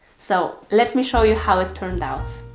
so let me show you how it turned out.